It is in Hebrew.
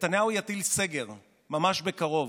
נתניהו יטיל סגר ממש בקרוב,